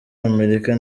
amerika